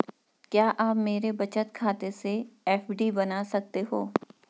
क्या आप मेरे बचत खाते से एफ.डी बना सकते हो?